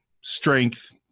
strength